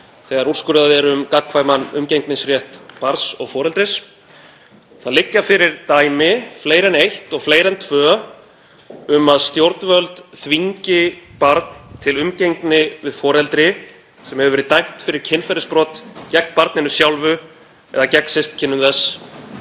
þegar úrskurðað er um gagnkvæman umgengnisrétt barns og foreldris. Það liggja fyrir dæmi, fleiri en eitt og fleiri en tvö, um að stjórnvöld þvingi barn til umgengni við foreldri sem dæmt hefur verið fyrir kynferðisbrot gegn barninu sjálfu eða gegn systkinum þess.